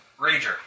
Rager